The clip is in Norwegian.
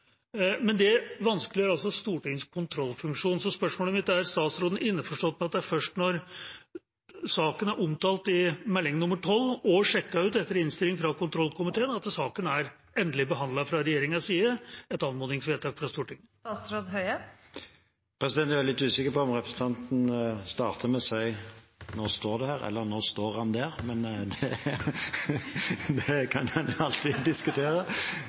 men det vanskeliggjør også Stortingets kontrollfunksjon. Så spørsmålet mitt er: Er statsråden innforstått med at det er først når saken er omtalt i Meld. St. 12 og sjekket ut etter innstilling fra kontrollkomiteen at saken er endelig behandlet fra regjeringens side, etter anmodningsvedtak fra Stortinget? Jeg er litt usikker på om representanten startet med å si «nå står det her» eller «nå står han der», men det kan en jo alltid diskutere.